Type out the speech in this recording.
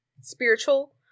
spiritual